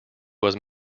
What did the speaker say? was